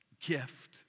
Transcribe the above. gift